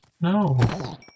No